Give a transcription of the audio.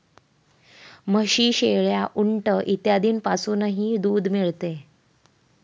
म्हशी, शेळ्या, उंट इत्यादींपासूनही दूध मिळते